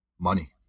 Money